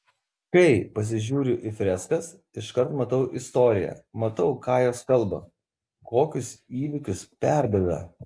kai pasižiūriu į freskas iškart matau istoriją matau ką jos kalba kokius įvykius perduoda